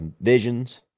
visions